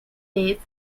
dates